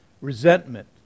resentment